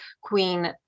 queen